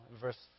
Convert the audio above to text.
verse